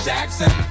Jackson